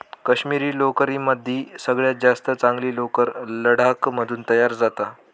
काश्मिरी लोकरीमदी सगळ्यात जास्त चांगली लोकर लडाख मधून तयार जाता